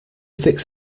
fix